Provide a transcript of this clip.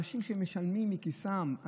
אנשים שמשלמים מכיסם,